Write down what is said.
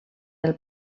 del